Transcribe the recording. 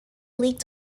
league